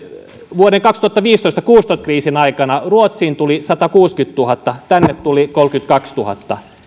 vuosien kaksituhattaviisitoista viiva kaksituhattakuusitoista kriisin aikana ruotsiin tuli satakuusikymmentätuhatta tänne tuli kolmekymmentäkaksituhatta